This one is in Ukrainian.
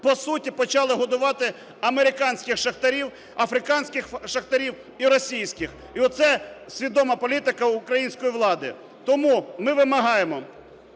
По суті, почали годувати американських шахтарів, африканських шахтарів і російських. І оце свідома політика української влади. Тому ми вимагаємо…